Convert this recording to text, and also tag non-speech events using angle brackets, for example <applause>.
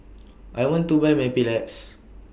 <noise> I want to Buy Mepilex